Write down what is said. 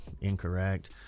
incorrect